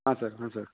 ಹಾಂ ಸರ್ ಹಾಂ ಸರ್